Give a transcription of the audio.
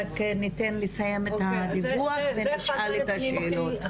רק ניתן לסיים את הדיווח ונשאל את השאלות.